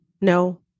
No